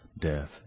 death